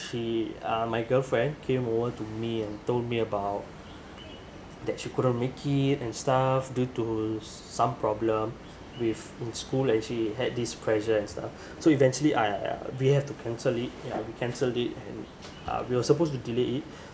she uh my girlfriend came over to me and told me about that she couldn't make it and stuff due to some problem with in school actually had this pressure and stuff so eventually I uh we have to cancel it yeah we cancelled it and uh we're supposed to delay it